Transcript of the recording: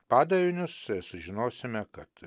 padarinius sužinosime kad